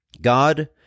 God